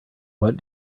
what